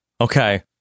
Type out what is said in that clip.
okay